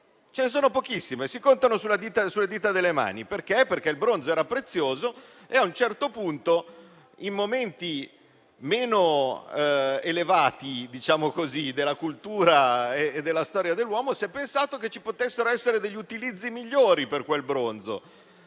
ce ne sono pochissime, si contano sulle dita delle mani, perché il bronzo era prezioso e a un certo punto, in momenti meno elevati della cultura e della storia dell'uomo, si è pensato che ci potessero essere degli utilizzi migliori per quel bronzo.